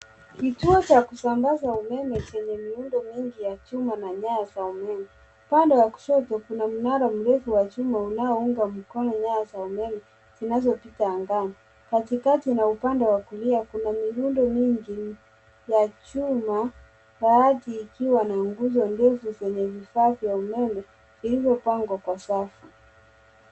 Kituo cha kusambaza umeme wenye miundo mingi ya chuma na nyaya za umeme. Upande wa kushoto kuna unaounga mkono nyaya za umeme zinazopita angani. Upande wa kulia kuna miundo mingi ya chuma